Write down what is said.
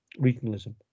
regionalism